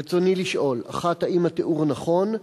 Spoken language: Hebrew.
רצוני לשאול: 1. האם התיאור נכון?